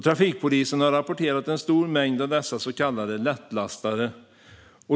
Trafikpolisen har rapporterat en stor mängd av dessa så kallade lättlastare.